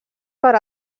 per